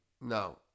No